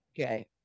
Okay